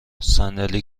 صندلی